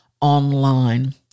online